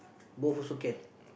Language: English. both also can